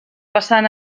passant